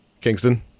kingston